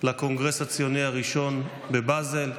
לקונגרס הציוני הראשון בבזל.